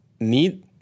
need